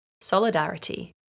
solidarity